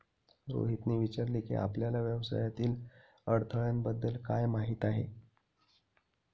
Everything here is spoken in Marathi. रोहितने विचारले की, आपल्याला व्यवसायातील अडथळ्यांबद्दल काय माहित आहे?